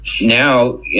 now